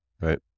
Right